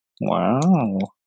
Wow